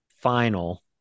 final